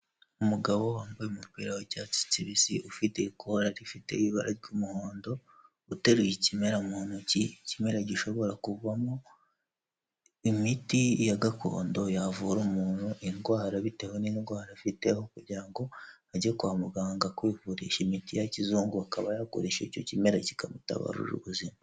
Umugabo wambaye umupira w'cyatsi kibisi ufite ikora rifite ibara ry'umuhondo uteruye ikimera mu ntoki, ikimera gishobora kuvamo imiti ya gakondo yavura umuntu indwara bitewe n'indwara afiteho kugira ngo ajye kwa muganga kwivurisha imiti ya kizungu akaba yakoresha icyo kimera kikamutabarira ubuzima.